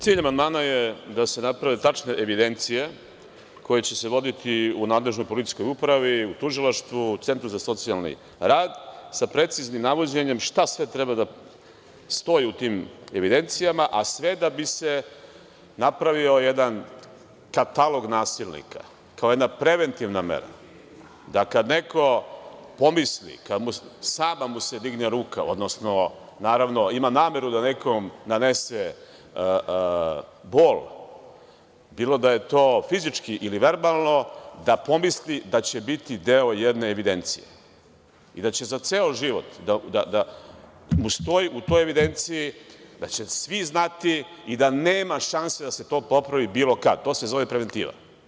Cilj amandmana je da se naprave tačne evidencije koje će se voditi u nadležnoj policijskoj upravi, u tužilaštvu, u centru za socijalni rad sa preciznim navođenjem šta sve treba da stoji u tim evidencijama, a sve da bi se napravio jedan katalog nasilnika, kao jedna preventivna mera da kad neko pomisli, sama mu se digne ruka, odnosno, naravno, ima nameru da nekom nanese bol, bilo da je to fizički ili verbalno, da pomisli da će biti deo jedne evidencije i da će za ceo život da mu stoji u toj evidenciji, da će svi znati i da nema šanse da se to popravi bilo kad, to se zove preventiva.